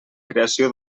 creació